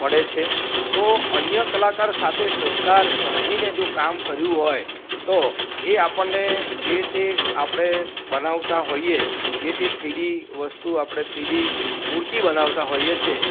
પડે છે તો અન્ય કલાકાર સાથે સહકાર સાધીને જો કામ કર્યુ હોય તો એ આપણને જે તે આપણે બનાવતા હોઈએ જે તે થ્રીડી વસ્તુ આપણે થ્રીડી મૂર્તિ બનાવતા હોઈએ છે